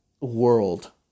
world